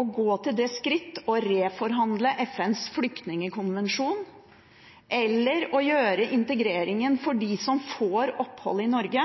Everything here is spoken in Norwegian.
å gå til det skritt å reforhandle FNs flyktningkonvensjon eller å gjøre integreringen for dem som får opphold i Norge,